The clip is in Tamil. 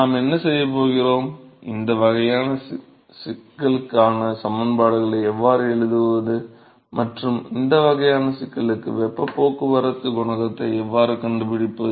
நாம் என்ன பார்க்கப் போகிறோம் இந்த வகையான சிக்கலுக்கான சமன்பாடுகளை எவ்வாறு எழுதுவது மற்றும் இந்த வகையான சிக்கலுக்கு வெப்பப் போக்குவரத்து குணகத்தை எவ்வாறு கண்டுபிடிப்பது